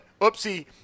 oopsie